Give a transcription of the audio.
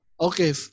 Okay